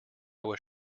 was